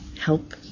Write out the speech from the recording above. help